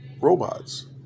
robots